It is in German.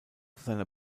seiner